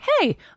hey